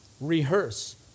Rehearse